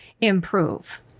improve